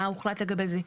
מה הוחלט לגבי זה?